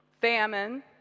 famine